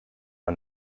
are